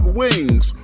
wings